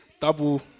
double